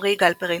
עמרי גלפרין,